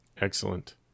Excellent